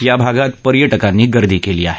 या भागात पर्यटकांनी गर्दी केली आहे